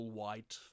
white